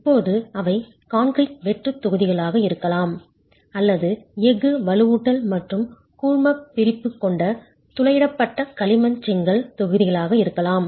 இப்போது அவை கான்கிரீட் வெற்றுத் தொகுதிகளாக இருக்கலாம் அல்லது எஃகு வலுவூட்டல் மற்றும் கூழ்மப்பிரிப்பு கொண்ட துளையிடப்பட்ட களிமண் செங்கல் தொகுதிகளாக இருக்கலாம்